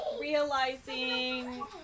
realizing